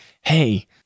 hey